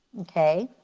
okay?